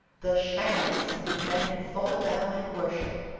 the shams men fall down and worship.